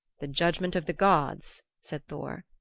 the judgment of the gods, said thor,